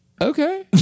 okay